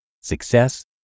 success